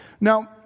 Now